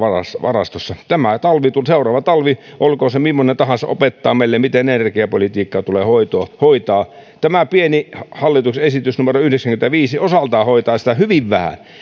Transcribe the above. varastossa tämä seuraava talvi olkoon se mimmoinen tahansa opettaa meille miten energiapolitiikkaa tulee hoitaa hoitaa tämä pieni hallituksen esitys numero yhdeksäänkymmeneenviiteen osaltaan hoitaa sitä hyvin vähän